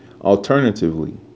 Alternatively